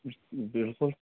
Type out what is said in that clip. بلکُل